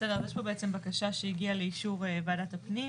יש פה בעצם בקשה שהגיעה לאישור ועדת הפנים,